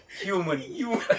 Human